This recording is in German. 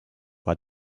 war